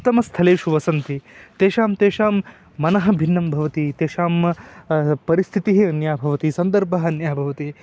उत्तमं स्थलेषु वसन्ति तेषां तेषां मनः भिन्नं भवति तेषां परिस्थितिः अन्या भवति सन्दर्भः अन्यः भवति